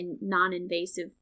non-invasive